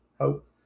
hope